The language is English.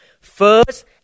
first